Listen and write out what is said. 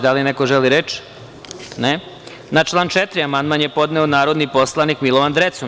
Da li neko želi reč? (Ne.) Na član 4. amandman je podneo narodni poslanik Milovan Drecun.